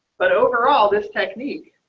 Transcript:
but overall this technique.